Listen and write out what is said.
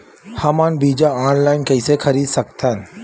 हमन बीजा ऑनलाइन कइसे खरीद सकथन?